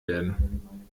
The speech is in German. werden